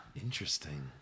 Interesting